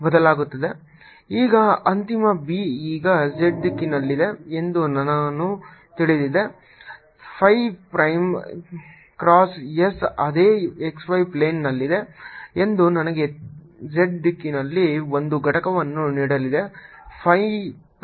ಈಗ ಅಂತಿಮ B ಈಗ z ದಿಕ್ಕಿನಲ್ಲಿದೆ ಎಂದು ನನಗೆ ತಿಳಿದಿದೆ phi ಪ್ರೈಮ್ ಕ್ರಾಸ್ s ಅದೇ x y ಪ್ಲೇನ್ನಲ್ಲಿದೆ ಎಂದು ನನಗೆ z ದಿಕ್ಕಿನಲ್ಲಿ ಒಂದು ಘಟಕವನ್ನು ನೀಡಲಿದೆ